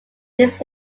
his